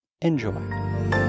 Enjoy